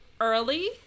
early